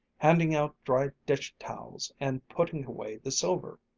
handing out dry dish-towels, and putting away the silver.